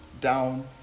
down